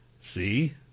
See